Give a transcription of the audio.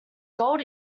gold